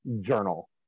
journal